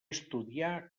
estudià